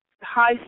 high